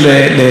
גברתי.